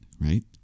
right